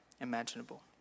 imaginable